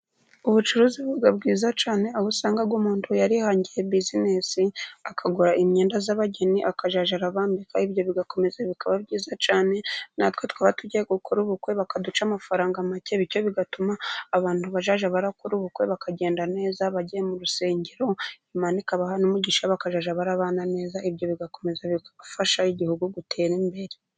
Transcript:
Ubucuruzi buba bwiza cyane aho usanga umuntu yari yihangiye bisinesi, akagura imyenda z'abageni akazajya arabambika ibyo bigakomeza bikaba byiza cyane, natwe twaba tugiye gukora ubukwe bakaduca amafaranga make, bityo bigatuma abantu bazajya bararakora ubukwe bakagenda neza bajya mu rusengero Imana ika ibaha umugisha, bakajya barabana neza ibyo bigakomeza bifasha igihugu gutera imbere.